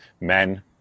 men